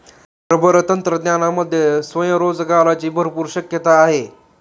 rubber तंत्रज्ञानामध्ये स्वयंरोजगाराची भरपूर शक्यता आहे